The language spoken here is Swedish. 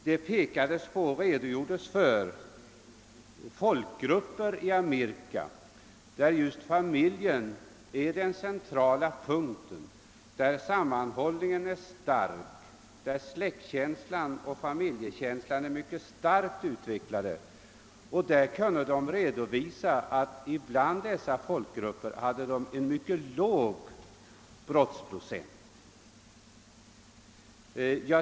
Det pekades på och redogjordes för folkgrupper i Amerika, inom vilka just familjen är den centrala punkten, där sammanhållningen är stark, där släktoch familjekänslan är mycket markant utvecklad. Bland dessa folkgrupper kunde man redovisa en mycket låg brottsprocent.